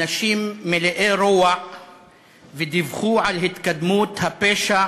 אנשים מלאי רוע ודיווחו על התקדמות הפשע